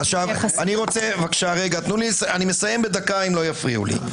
אני מסיים בדקה אם לא יפריעו לי.